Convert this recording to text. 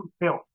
filth